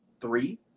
three